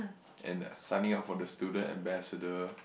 and signing up for the student ambassador